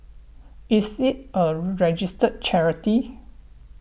is it a registered charity